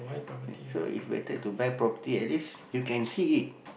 so it's better to buy property at least you can see it